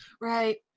right